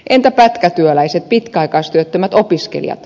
entä pätkätyöläiset pitkäaikaistyöttömät opiskelijat